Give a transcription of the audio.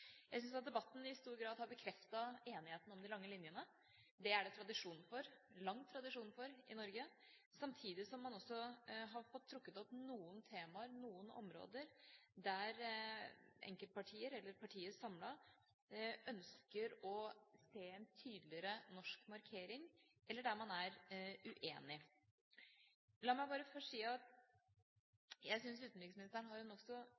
Jeg syns at debatten i stor grad har bekreftet enigheten om de lange linjene. Det er det tradisjon for – lang tradisjon for i Norge. Samtidig har man også fått trukket opp noen temaer, noen områder, der enkeltpartier eller partier samlet, ønsker å se en tydeligere norsk markering – eller det man er uenig om. La meg bare først si at jeg syns utenriksministeren har en